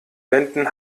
wänden